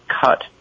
cut